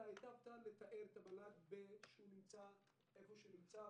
הטבת לתאר את המל"ג, שהוא נמצא איפה שהוא נמצא.